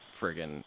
friggin